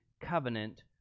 covenant